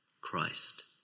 Christ